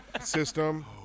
system